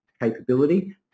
capability